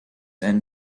and